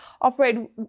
operate